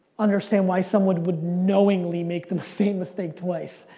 understand why someone would knowingly make the same mistake twice.